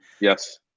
yes